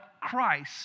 Christ